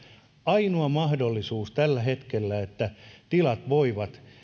ainoa mahdollisuus tällä hetkellä että tilat voivat